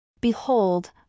Behold